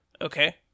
Okay